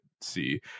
see